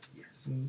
Yes